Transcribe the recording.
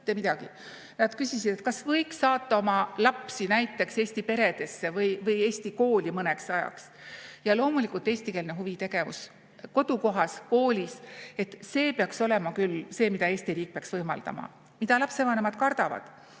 Nad küsisid, kas võiks saata oma lapsi näiteks eesti peredesse või eesti kooli mõneks ajaks. Ja loomulikult eestikeelne huvitegevus kodukohas, koolis. See peaks küll olema see, mida Eesti riik võimaldab. Mida lapsevanemad kardavad?